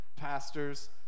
pastors